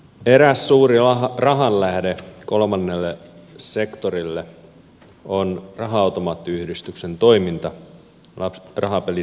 eräs suuri rahanlähde kolmannelle sektorille on raha automaattiyhdistyksen toiminta rahapelit yleensäkin